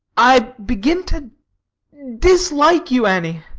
i begin to dislike you, annie,